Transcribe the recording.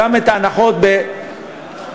גם את ההנחות בחשמל,